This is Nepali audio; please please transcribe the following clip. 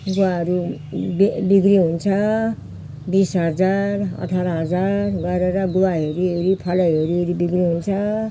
गुवाहरू बिक् बिक्री हुन्छ बिस हजार अठार हजार गरेर गुवा हेरी हेरी फल हेरी हेरी बिक्री हुन्छ